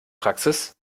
praxis